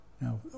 Now